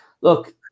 look